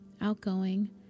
outgoing